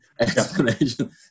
explanation